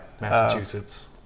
Massachusetts